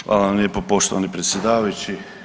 Hvala vam lijepo poštovani predsjedavajući.